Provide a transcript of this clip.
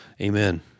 Amen